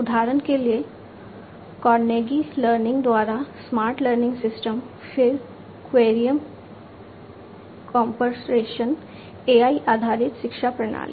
उदाहरण के लिए कार्नेगी लर्निंग द्वारा स्मार्ट लर्निंग सिस्टम फिर क्वेरियम कॉर्पोरेशन AI आधारित शिक्षा प्रणाली